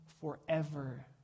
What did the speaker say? forever